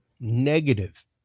negative